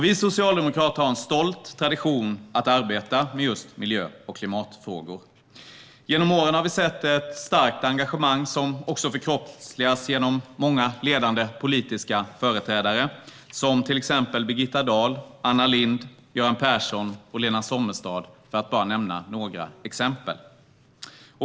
Vi socialdemokrater har en stolt tradition att arbeta med miljö och klimatfrågor. Genom åren har vi sett ett starkt engagemang som har förkroppsligats genom många ledande politiska företrädare som Birgitta Dahl, Anna Lindh, Göran Persson och Lena Sommestad, för att bara nämna några exempel.